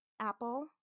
Apple